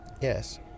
Yes